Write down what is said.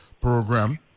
Program